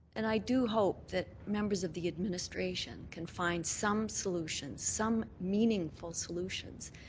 and i do hope that members of the administration can find some solution, some meaningful solutions,